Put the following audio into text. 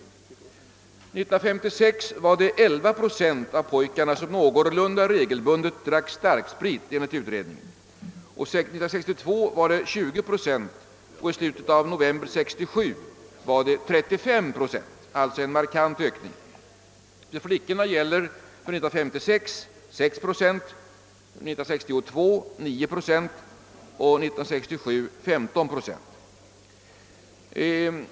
År 1956 var det 11 procent av pojkarna som någorlunda regelbundet drack starksprit, 1962 var det 20 procent och i slutet av november 1967 var det 35 procent. Det är alltså en markant ökning. Av flickorna var det 1956 6 procent, 1962 9 procent och 1967 15 procent.